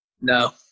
No